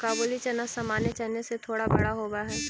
काबुली चना सामान्य चने से थोड़ा बड़ा होवअ हई